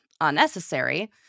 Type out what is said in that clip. unnecessary